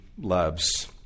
loves